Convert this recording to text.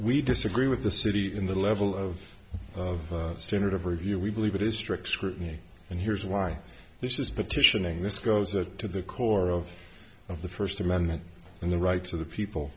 we disagree with the city in the level of of standard of review we believe it is strict scrutiny and here's why this is petitioning this goes it to the core of of the first amendment and the rights of the people